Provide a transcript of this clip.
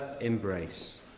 embrace